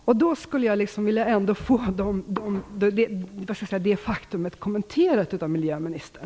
Jag skulle vilja få detta faktum kommenterat av miljöministern.